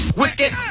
wicked